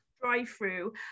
drive-through